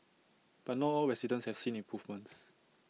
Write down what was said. but not all residents have seen improvements